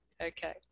Okay